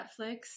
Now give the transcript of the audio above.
netflix